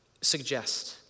suggest